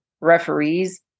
referees